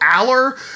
Aller